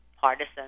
partisan